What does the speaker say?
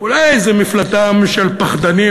אולי זה מפלטם של פחדנים.